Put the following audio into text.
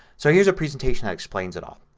so here's a presentation that explains it all.